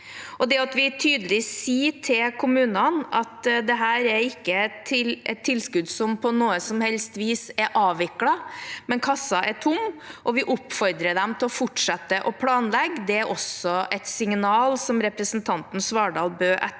Det at vi tydelig sier til kommunene at dette ikke er et tilskudd som på noe som helst vis er avviklet, men at kassen er tom, og at vi oppfordrer dem til å fortsette å planlegge, er også et signal, som representanten Svardal Bøe etterlyste